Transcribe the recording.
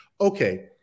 okay